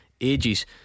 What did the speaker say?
ages